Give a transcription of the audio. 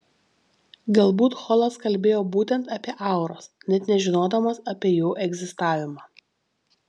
galbūt holas kalbėjo būtent apie auras net nežinodamas apie jų egzistavimą